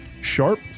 sharp